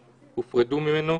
8,